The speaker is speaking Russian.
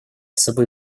собой